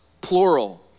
plural